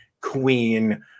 queen